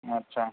अच्छा